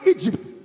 Egypt